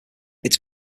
its